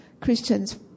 Christians